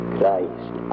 Christ